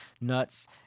nuts